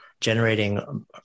generating